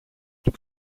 του